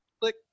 Click